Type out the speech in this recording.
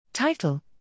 Title